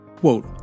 Quote